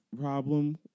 problem